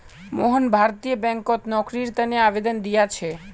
मोहन भारतीय बैंकत नौकरीर तने आवेदन दिया छे